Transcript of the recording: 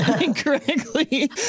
incorrectly